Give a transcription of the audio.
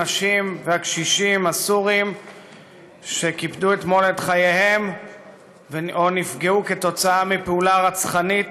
הנשים והקשישים הסורים שקיפדו אתמול את חייהם או נפגעו בפעולה רצחנית